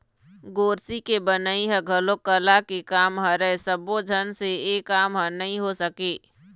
गोरसी के बनई ह घलोक कला के काम हरय सब्बो झन से ए काम ह नइ हो सके